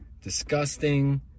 disgusting